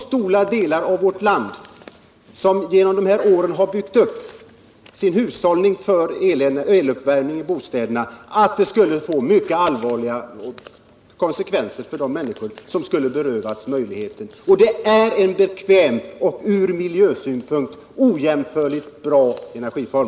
Stora delar av vårt land har under årens föpp byggt upp sin hushållning för eluppvärmning i bostäderna, varför förslaget skulle få mycket allvarliga konsekvenser för de människor som berövas möjligheten till eluppvärmning. El är en bekväm och från miljösynpunkt ojämförligt bra energiform.